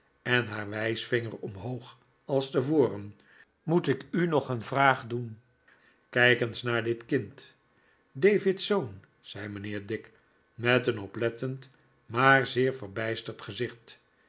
en haar wijsvinger omhoog als tevoren moet ik u nog een vraag doen kijk eens naar dit kind david's zoon zei mijnheer dick met een oplettend maar zeer verbijsterd gezicht